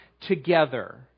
together